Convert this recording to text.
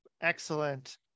excellent